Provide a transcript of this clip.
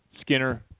Skinner